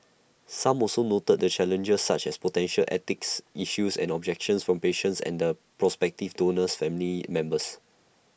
some also noted the challenges such as potential ethics issues and objections from patients and the prospective donor's family members